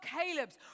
Caleb's